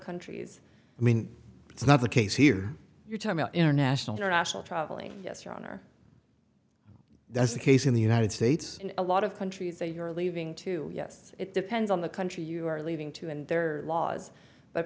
countries i mean it's not the case here you're talking about international international traveling yes your honor that's the case in the united states a lot of countries say you're leaving too yes it depends on the country you are leaving to and there are laws